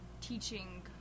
teaching